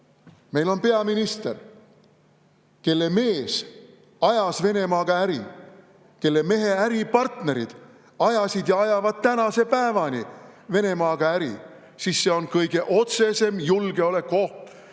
meil on peaminister, kelle mees ajas Venemaaga äri, kelle mehe äripartnerid ajasid ja ajavad tänase päevani Venemaaga äri, siis see on kõige otsesem julgeolekuoht.